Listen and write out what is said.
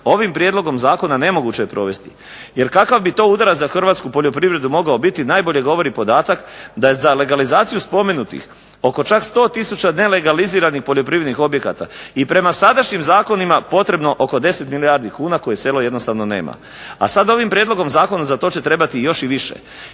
ovim prijedlogom zakona nemoguće je provesti. Jer kakav bi to udarac za hrvatsku poljoprivredu mogao biti najbolje govori podatak da je za legalizaciju spomenutih oko čak 100000 nelegaliziranih poljoprivrednih objekata i prema sadašnjim zakonima potrebno oko 10 milijardi kuna koje selo jednostavno nema. A sada ovim prijedlogom zakona za to će trebati još i više.